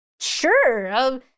sure